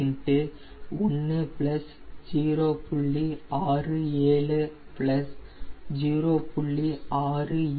33 1 0